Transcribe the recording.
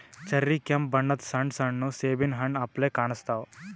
cherry ಕೆಂಪ್ ಬಣ್ಣದ್ ಸಣ್ಣ ಸಣ್ಣು ಸೇಬಿನ್ ಹಣ್ಣ್ ಅಪ್ಲೆ ಕಾಣಸ್ತಾವ್